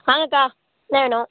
வாங்கக்கா என்ன வேணும்